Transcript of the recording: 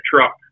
truck